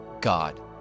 God